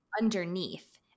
underneath